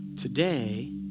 Today